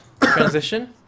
transition